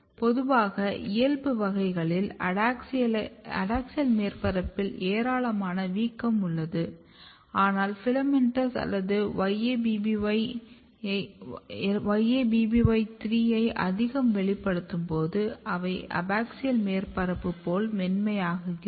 பொதுவாக இயல்பு வகைகளில் அடாக்ஸியல் மேற்பரப்பில் ஏராளமான வீக்கம் உள்ளது ஆனால் FILAMENTOUS அல்லது YABBY3 ஐ அதிகம் வெளிப்படுத்தும்போது அவை அபாக்சியல் மேற்பரப்பு போல் மென்மையாகுகிறது